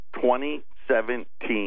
2017